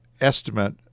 estimate